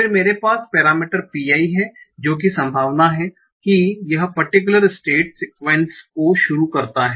फिर मेरे पास पैरामीटर pi है जो कि संभावना है कि यह परटिक्युलर स्टेट सीक्वेंस को शुरू करता है